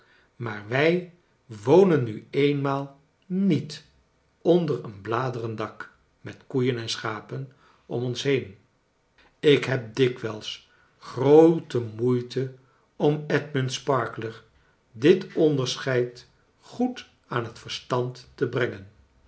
maar wij wonen nu eenmaal niet onder een bladerendak met koeien en schapen om ons heen ik heb dikwijls groote moeite om edmund sparkler dit onderscheid goed aan het verstand te brengen